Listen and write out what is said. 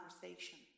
conversation